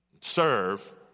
serve